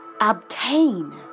obtain